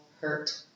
hurt